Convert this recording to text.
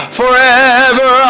forever